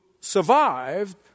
survived